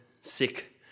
sick